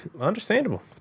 Understandable